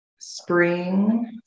spring